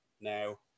Now